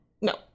No